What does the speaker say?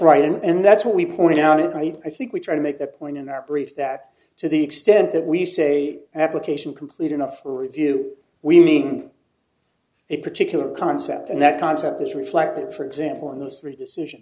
right and that's what we pointed out it right i think we try to make the point in our brief that to the extent that we say application complete enough for review we need a particular concept and that concept is reflected for example in those three decision